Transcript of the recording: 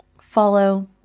follow